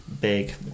big